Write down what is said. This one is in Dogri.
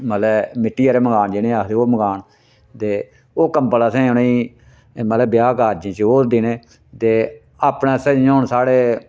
मतलब मिट्टी आह्ले मकान जिनें ही आखदे ओह् मकान ते ओह् कम्बल असें उ'नेंगी मतलब ब्याह् कारज च ओह् देने ते अपने आस्तै हून जियां साढ़े